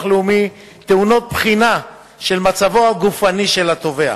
לאומי טעונות בחינה של מצבו הגופני של התובע.